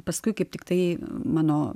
paskui kaip tiktai mano